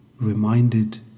reminded